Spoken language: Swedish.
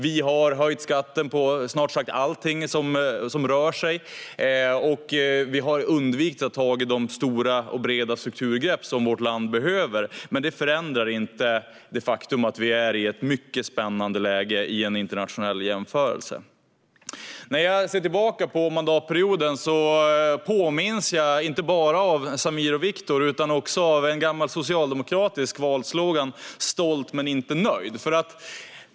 Vi har höjt skatten på snart sagt allt som rör sig. Vi har undvikit att ta de stora och breda strukturgrepp som vårt land behöver. Men detta förändrar inte det faktum att vi är i ett mycket spännande läge i en internationell jämförelse. När jag ser tillbaka på mandatperioden påminns jag inte bara om Samir och Viktor utan också om en gammal socialdemokratisk valslogan, "Stolt men inte nöjd".